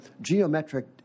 geometric